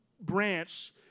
branch